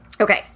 Okay